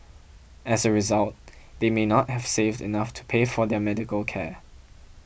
as a result they may not have saved enough to pay for their medical care